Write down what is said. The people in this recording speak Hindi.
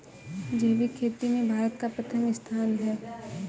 जैविक खेती में भारत का प्रथम स्थान